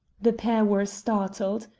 the pair were startled.